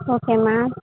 okay ma'am